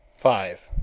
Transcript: five.